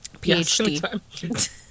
PhD